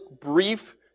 brief